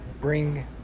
bring